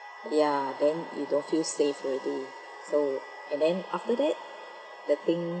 ya then you don't feel safe already so and then after that the thing